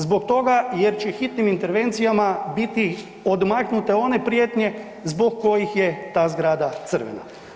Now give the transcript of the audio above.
Zbog toga jer će hitnim intervencijama biti odmaknute one prijetnje zbog kojih je ta zgrada crvena.